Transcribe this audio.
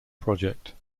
project